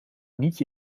nietje